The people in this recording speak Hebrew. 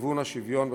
לכיוון השוויון בשירות,